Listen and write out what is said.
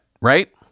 right